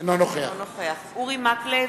אינו נוכח אורי מקלב,